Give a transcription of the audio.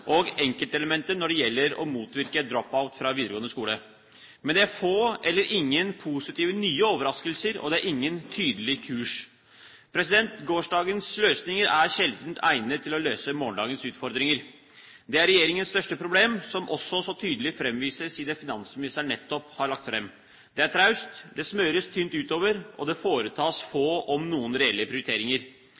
og enkeltelementer når det gjelder å motvirke drop-out fra videregående skole. Men det er få eller ingen positive, nye overraskelser, og det er ingen tydelig kurs. Gårsdagens løsninger er sjelden egnet til å løse morgendagens utfordringer. Det er regjeringens største problem, som også så tydelig framvises i det finansministeren nettopp har lagt fram. Det er traust, det smøres tynt utover, og det foretas få – om noen – reelle prioriteringer.